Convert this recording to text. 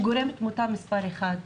הוא גורם התמותה מס' 1,